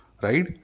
Right